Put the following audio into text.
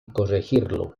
corregirlo